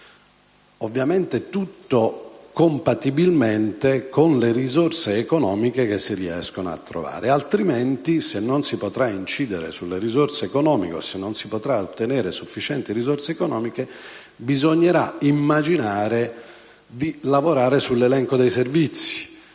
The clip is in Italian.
Ovviamente, ciò va fatto compatibilmente con le risorse economiche che si riescono a trovare, altrimenti, se non si potrà incidere sulle risorse economiche o se non si potrà ottenere sufficienti risorse economiche, bisognerà immaginare di lavorare sull'elenco dei servizi,